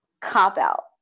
cop-out